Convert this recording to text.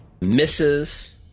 Misses